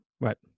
Right